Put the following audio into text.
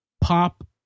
pop